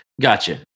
Gotcha